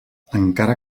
encara